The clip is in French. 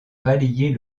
balayer